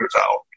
out